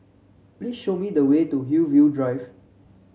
please show me the way to Hillview Drive